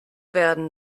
werden